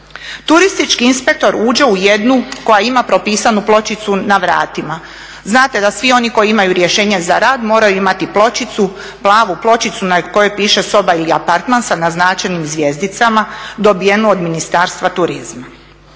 Turistički inspektor uđe u jednu koja ima propisanu pločicu na vratima. Znate da svi oni koji imaju rješenje za rad moraju imati pločicu, plavu pločicu na kojoj piše soba ili apartman sa naznačenim zvjezdicama dobivenu od Ministarstva turizma.